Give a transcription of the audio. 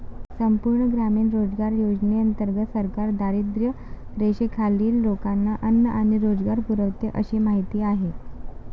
संपूर्ण ग्रामीण रोजगार योजनेंतर्गत सरकार दारिद्र्यरेषेखालील लोकांना अन्न आणि रोजगार पुरवते अशी माहिती आहे